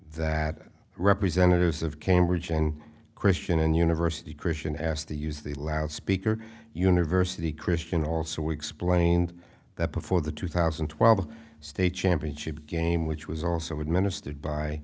that representatives of cambridge and christian and university christian asked to use the loudspeaker university christian also explained that before the two thousand and twelve state championship game which was also administered by